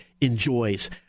enjoys